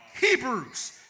Hebrews